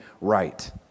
right